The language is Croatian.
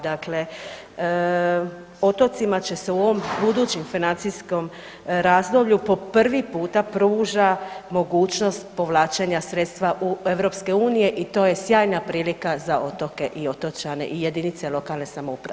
Dakle, otocima će se u ovom budućem financijskom razdoblju po prvi puta pruža mogućnost povlačenja sredstva EU i to je sjajna prilika za otoke i otočane i jedinice lokalne samouprave.